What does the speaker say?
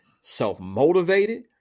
self-motivated